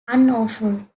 unlawful